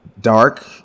dark